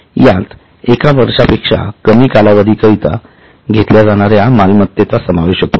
यात एकवर्षापेक्षा कमी कालावधी करीता घेतल्या जाणाऱ्या मालमत्तेचा समावेश होतो